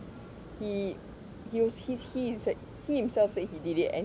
he he was he's he is he himself said that he did it and